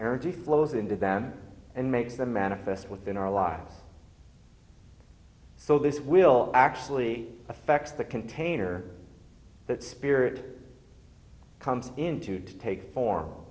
energy flows into them and make them manifest within our lives so this will actually affect the container that spirit comes in to take form